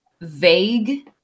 vague